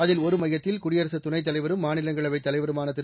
அதில் ஒரு அமையத்தில் குடியரசு துணைத் தலைவரும் மாநிலங்களவைத் தலைவருமான திரு